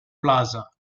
plaza